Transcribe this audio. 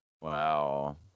Wow